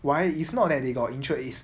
why it's not that they got interest it's